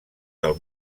del